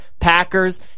Packers